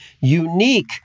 unique